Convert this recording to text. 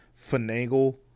finagle